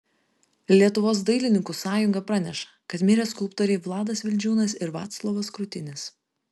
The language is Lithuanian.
lietuvos dailininkų sąjunga praneša kad mirė skulptoriai vladas vildžiūnas ir vaclovas krutinis